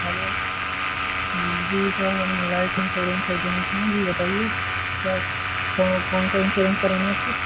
hello جی sir ہم life insurance agent ہیں جی بتائیے کیا کون سا انسورنس کرانا ہے آپ کو